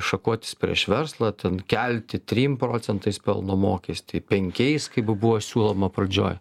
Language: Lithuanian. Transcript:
šakotis prieš verslą ten kelti trim procentais pelno mokestį penkiais kaip buvo siūloma pradžioj